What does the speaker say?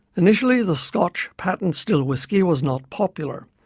initially the scotch patent still whiskey was not popular.